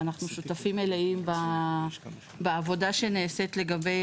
ואנחנו שותפים מלאים בעבודה שנעשית לגבי